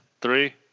three